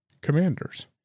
commanders